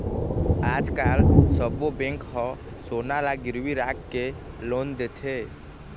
आजकाल सब्बो बेंक ह सोना ल गिरवी राखके लोन देथे